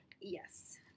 Yes